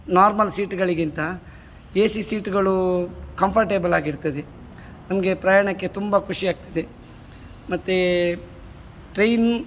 normal ಸೀಟ್ಗಳಿಗಿಂತ A C ಸೀಟ್ಗಳು ಕಂಫರ್ಟೇಬಲ್ಲಾಗಿರ್ತದೆ ನಮಗೆ ಪ್ರಯಾಣಕ್ಕೆ ತುಂಬ ಖುಷಿಯಾಗ್ತದೆ ಮತ್ತು ಟ್ರೈನ್